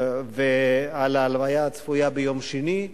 ועל ההלוויה הצפויה ביום שני,